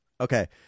okay